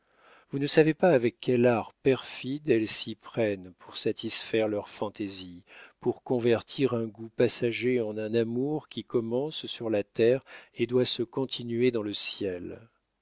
vous ne savez pas avec quel art perfide elles s'y prennent pour satisfaire leurs fantaisies pour convertir un goût passager en un amour qui commence sur la terre et doit se continuer dans le ciel